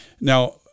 now